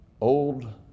old